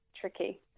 tricky